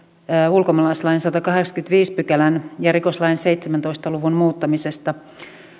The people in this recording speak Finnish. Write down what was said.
ulkomaalaislain sadannenkahdeksannenkymmenennenviidennen pykälän ja rikoslain seitsemäntoista luvun muuttamisesta